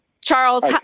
Charles